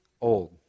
old